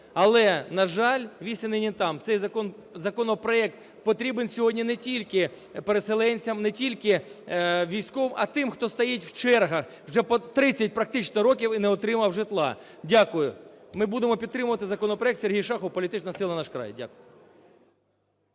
Але, на жаль, віз і нині там. Цей законопроект потрібен сьогодні не тільки переселенцям, не тільки …, а тим, хто стоїть в чергах вже по 30 практично років і не отримав житла. Дякую. Ми будемо підтримувати законопроект. Сергій Шахов, політична сила "Наш край". Дякую.